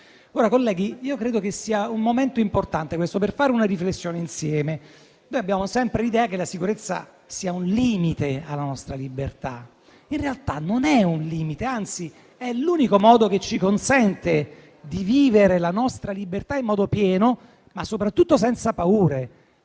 Colleghi, io credo che sia un momento importante questo per fare una riflessione insieme. Noi abbiamo sempre l'idea che la sicurezza sia un limite alla nostra libertà. In realtà, non è un limite; anzi, è l'unico modo che ci consente di vivere la nostra libertà in modo pieno, ma soprattutto senza paure,